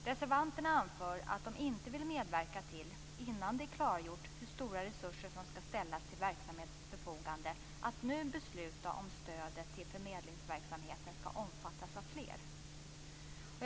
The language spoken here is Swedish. Reservanterna anför att de inte vill medverka, innan det är klargjort hur stora resurser som skall ställas till verksamhetens förfogande, till att nu besluta om huruvida stödet till förmedlingsverksamheten skall omfattas av fler.